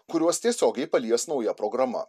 kuriuos tiesiogiai palies nauja programa